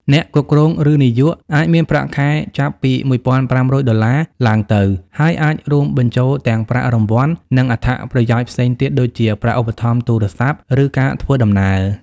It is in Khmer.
អ្នកគ្រប់គ្រង ឬនាយក អាចមានប្រាក់ខែចាប់ពី $1,500 (USD) ឡើងទៅ ហើយអាចរួមបញ្ចូលទាំងប្រាក់រង្វាន់ និងអត្ថប្រយោជន៍ផ្សេងទៀតដូចជា ប្រាក់ឧបត្ថម្ភទូរស័ព្ទ ឬការធ្វើដំណើរ។